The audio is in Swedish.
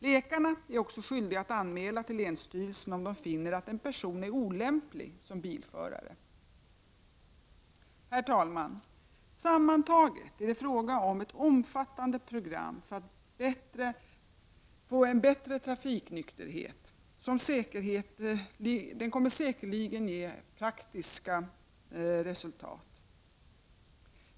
Läkarna är också skyldiga att anmäla till länsstyrelsen om de finner att en person är olämplig som bilförare. Herr talman! Sammantaget är det fråga om ett omfattande program för trafiknykterhet, som säkerligen kommer att ge praktiska resultat.